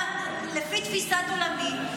לפי תפיסת עולמי,